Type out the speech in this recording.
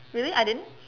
really I didn't